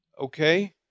okay